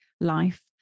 life